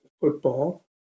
football